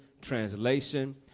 Translation